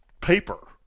paper